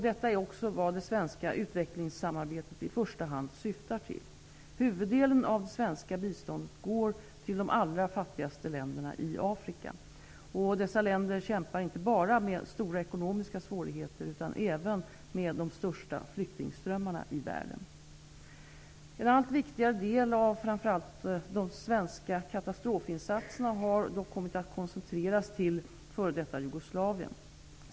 Detta är också vad det svenska utvecklingssamarbetet i första hand syftar till. Huvuddelen av det svenska biståndet går till de allra fattigaste länderna i Afrika. Dessa länder kämpar inte bara med stora ekonomiska svårigheter utan även med de största flyktingströmmarna i världen. En allt viktigare del av framför allt de svenska katastrofinsatserna har dock kommit att koncentreras till f.d. Jugoslavien.